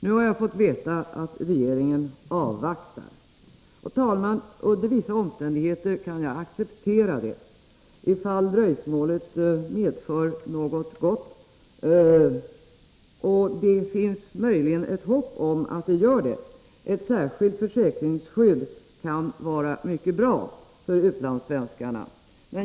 Nu har jag fått veta att regeringen avvaktar. Herr talman! Under vissa omständigheter kan jag acceptera det, ifall dröjsmålet medför något gott — och det finns möjligen hopp om att det gör det. Ett särskilt försäkringsskydd kan vara mycket bra för utlandssvenskarna.